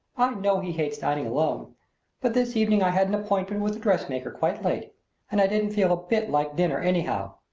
know he hates dining alone but this evening i had an appointment with a dressmaker quite late and i didn't feel a bit like dinner anyhow.